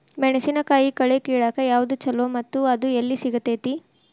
ಮೆಣಸಿನಕಾಯಿ ಕಳೆ ಕಿಳಾಕ್ ಯಾವ್ದು ಛಲೋ ಮತ್ತು ಅದು ಎಲ್ಲಿ ಸಿಗತೇತಿ?